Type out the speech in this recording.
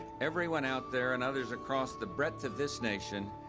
everyone out there and others across the breadth of this nation,